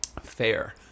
fair